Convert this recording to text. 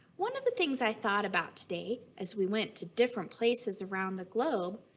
one of the things i thought about today, as we went to different places around the globe,